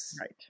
Right